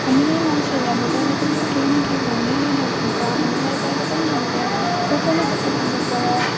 हामीलाई मान्छेले अब जहिल्यै पनि केही न केही भनि नै रहेको हुन्छ हामीलाई जहिल्यै पनि हामीले कसै न कसैको मुकबाट